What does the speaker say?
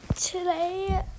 today